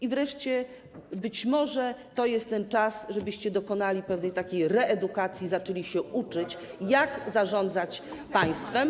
I wreszcie być może to jest ten czas, żebyście dokonali pewnej reedukacji, zaczęli się uczyć, jak zarządzać państwem.